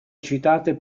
citate